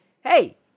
hey